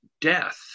death